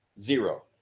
Zero